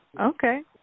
Okay